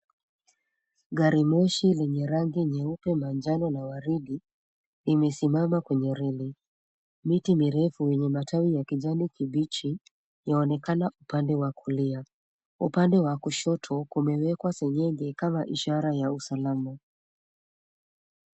Gari moshi lenye rangi nyeupe, manjano na waridi limesimama kwenye reli. Miti mirefu yenye matawi ya kijani kibichi yaonekana upande wa kulia. Upande wa kushoto kumewekwa senyenge kama ishara ya usalama.